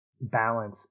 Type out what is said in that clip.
balance